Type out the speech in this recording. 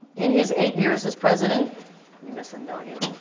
in his eight years as president you miss him, don't you?